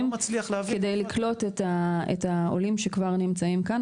כדי לקלוט את העולים שכבר נמצאים כאן,